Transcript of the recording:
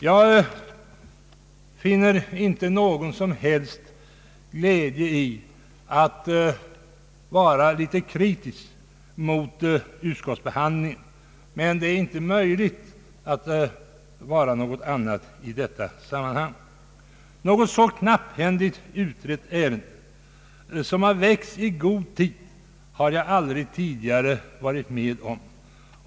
Jag finner inte någon som helst glädje i att vara kritisk mot utskottsbehandlingen, men det är inte möjligt att vara något annat. Ett så knapphändigt utrett ärende, som ändå väckts i god tid, har jag aldrig tidigare varit med om.